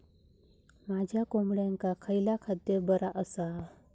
माझ्या कोंबड्यांका खयला खाद्य बरा आसा?